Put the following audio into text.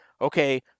okay